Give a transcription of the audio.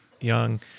young